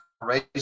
race